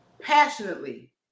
passionately